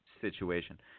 situation